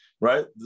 right